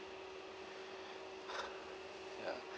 ya